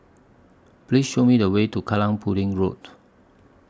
Please Show Me The Way to Kallang Pudding Road